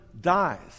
dies